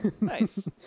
nice